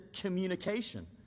communication